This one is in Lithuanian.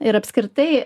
ir apskritai